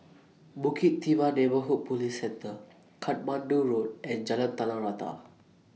Bukit Timah Neighbourhood Police Centre Katmandu Road and Jalan Tanah Rata